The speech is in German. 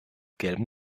gelbem